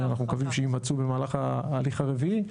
שאנחנו מקווים שיימצאו במהלך ההליך הרביעי,